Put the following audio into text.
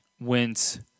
Went